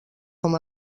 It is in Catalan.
com